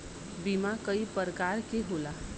बीमा कई परकार के होला